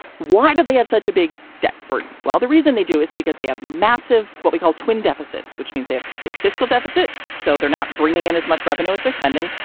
why did they have such a big debt burden? well, the reason they do is because they have massive what we call twin deficits, which means they have big fiscal deficit. so they're not bringing in as much revenue as they're spending.